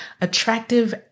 attractive